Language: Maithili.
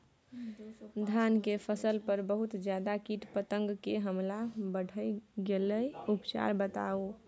धान के फसल पर बहुत ज्यादा कीट पतंग के हमला बईढ़ गेलईय उपचार बताउ?